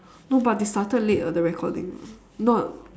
no but they started late [what] the recording ah not